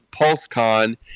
PulseCon